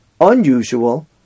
unusual